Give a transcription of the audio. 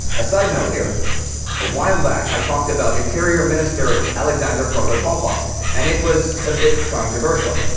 a side note here a while back i talked about interior minister alexander protopopov and it was a bit controversial.